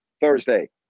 Thursday